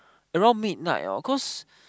around midnight orh cause